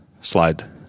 slide